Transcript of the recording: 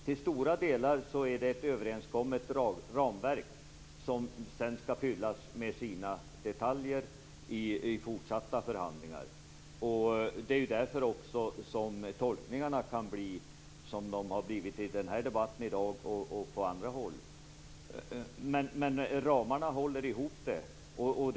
Till stora delar är det ett överenskommet ramverk som sedan skall fyllas med detaljer i fortsatta förhandlingar. Det är därför som tolkningarna kan bli som de har blivit i debatten här i dag och på andra håll. Ramarna håller ihop fördraget.